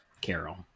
Carol